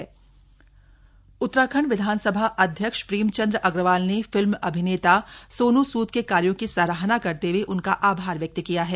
Agarwal on Sonu Sood Uttarakhand विधानसभा अध्यक्ष प्रेमचंद अग्रवाल ने फिल्म अभिनेता सोनू सूद के कार्यों की सराहना करते हए उनका आभार व्यक्त किया है